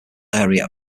area